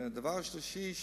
הדבר השלישי,